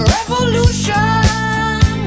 Revolution